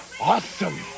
awesome